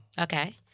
Okay